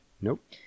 Nope